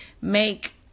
Make